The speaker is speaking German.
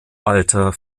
alter